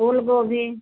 full गोभी